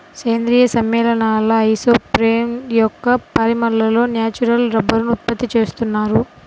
సేంద్రీయ సమ్మేళనాల ఐసోప్రేన్ యొక్క పాలిమర్లతో న్యాచురల్ రబ్బరుని ఉత్పత్తి చేస్తున్నారు